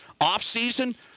off-season